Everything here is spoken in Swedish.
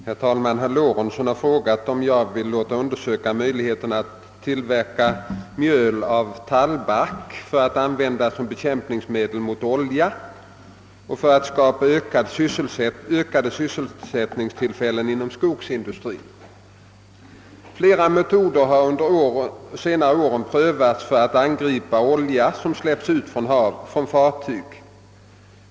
Herr talman! Herr Lorentzon har frågat om jag vill låta undersöka möjligheterna att tillverka mjöl av tallbark för att användas som bekämpningsmedel mot olja och för att skapa ökade + sysselsättningstillfällen inom skogsindustrin. Flera metoder har under senare år prövats för att angripa olja som släppts ut från fartyg.